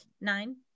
nine